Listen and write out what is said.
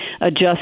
adjust